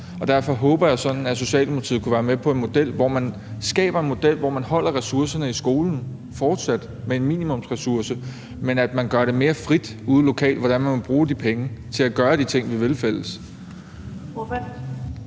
ud. Derfor håber jeg sådan, at Socialdemokratiet kunne være med på at skabe en model, hvor man fortsat holder ressourcerne i skolen med en minimumsressource, men at man gør det mere frit ude lokalt, hvordan man vil bruge de penge til at gøre de ting, vi vil i fællesskab.